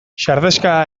sardexka